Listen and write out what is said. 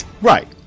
Right